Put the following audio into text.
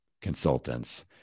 consultants